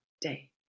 day